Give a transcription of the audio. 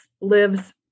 lives